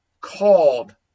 called